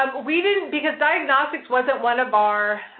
we didn't because diagnostics wasn't one of our